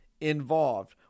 Involved